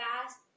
fast